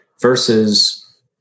versus